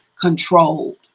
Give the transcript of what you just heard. controlled